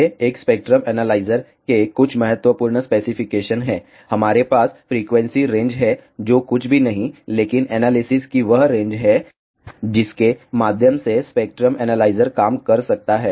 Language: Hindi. ये एक स्पेक्ट्रम एनालाइजर के कुछ महत्वपूर्ण स्पेसिफिकेशन हैं हमारे पास फ्रीक्वेंसी रेंज है जो कुछ भी नहीं है लेकिन एनालिसिस की वह रेंज है जिसके माध्यम से स्पेक्ट्रम एनालाइजर काम कर सकता है